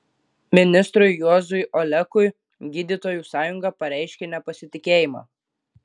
ministrui juozui olekui gydytojų sąjunga pareiškė nepasitikėjimą